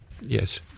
Yes